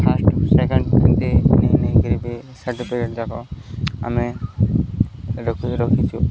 first second ଏମିତି ନେଇ ନେଇକିରି ବି ସାର୍ଟିଫିକେଟ୍ ଯାକ ଆମେ ରଖି ରଖିଛୁ